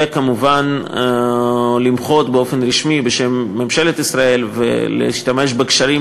וכמובן למחות באופן רשמי בשם ממשלת ישראל ולהשתמש בקשרים